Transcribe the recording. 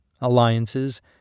alliances